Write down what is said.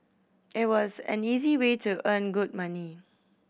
it was an easy way to earn good money